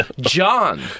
John